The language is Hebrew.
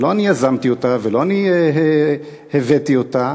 שלא אני יזמתי אותה ולא אני הבאתי אותה,